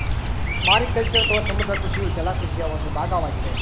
mariculture ಅಥವಾ ಸಮುದ್ರ ಕೃಷಿಯು ಜಲ ಕೃಷಿಯ ಒಂದು ಭಾಗವಾಗಿದೆ